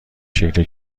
شکل